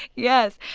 yes.